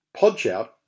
Podshout